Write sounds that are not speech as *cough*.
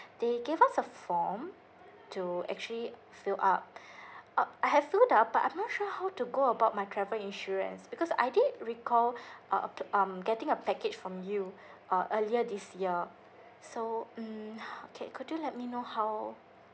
they gave us a form to actually fill up *breath* uh I have filled up but I'm not sure how to go about my travel insurance because I did recall *breath* uh um getting a package from you uh earlier this year so mm okay could you let me know how